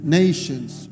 nations